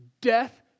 death